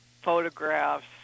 photographs